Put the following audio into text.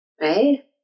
Right